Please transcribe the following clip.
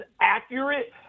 accurate